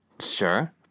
Sure